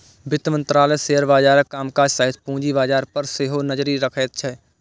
वित्त मंत्रालय शेयर बाजारक कामकाज सहित पूंजी बाजार पर सेहो नजरि रखैत छै